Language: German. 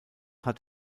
hat